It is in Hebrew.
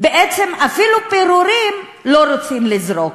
בעצם אפילו פירורים לא רוצים לזרוק.